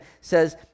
says